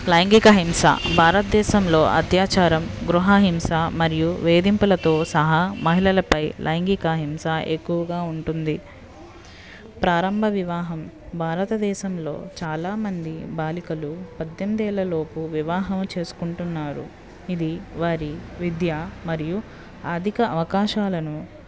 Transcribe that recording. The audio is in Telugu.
లైంగిక హింస భారతదేశంలో అత్యాచారం గృహహింస మరియు వేధింపులతో సహా మహిళలపై లైంగిక హింస ఎక్కువగా ఉంటుంది ప్రారంభ వివాహం భారతదేశంలో చాలా మంది బాలికలు పద్దెనిమిది ఏళ్ళలోపు వివాహం చేసుకుంటున్నారు ఇది వారి విద్య మరియు ఆర్ధిక అవకాశాలను